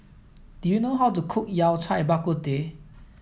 do you know how to cook Yao Cai Bak Kut Teh